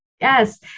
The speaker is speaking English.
Yes